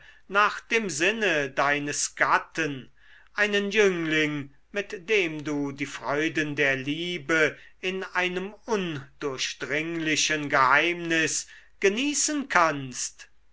nach dem sinne deines gatten einen jüngling mit dem du die freuden der liebe in einem undurchdringlichen geheimnis genießen kannst